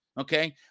okay